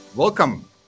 Welcome